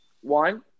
One